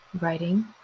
writing